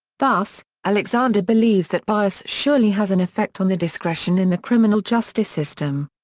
thus, alexander believes that bias surely has an affect on the discretion in the criminal justice system.